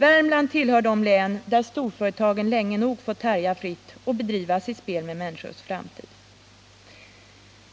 Värmland tillhör de län där storföretagen länge nog fått härja fritt och bedriva sitt spel med människornas framtid.